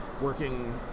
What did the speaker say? working